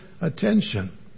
attention